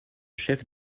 chef